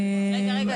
רגע,